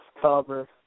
cover